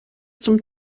zum